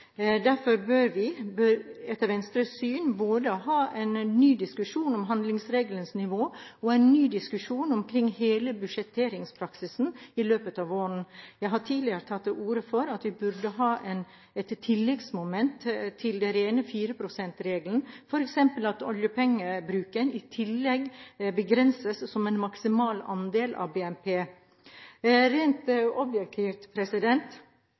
Derfor bør vi etter Venstres syn både ha en ny diskusjon om handlingsregelens nivå og en ny diskusjon om hele budsjettpraksisen i løpet av våren. Jeg har tidligere tatt til orde for at vi burde ha et tilleggsmoment til den rene 4 pst.-regelen, f.eks. at oljepengebruken i tillegg begrenses som en maksimal andel av BNP. Rent objektivt: